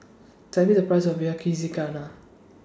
Tell Me The Price of Yakizakana